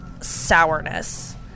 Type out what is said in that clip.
sourness